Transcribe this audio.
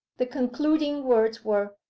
the concluding words were,